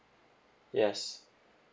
yes